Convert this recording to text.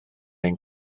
ein